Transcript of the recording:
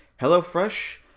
HelloFresh